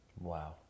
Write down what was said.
Wow